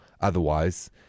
Otherwise